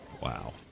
Wow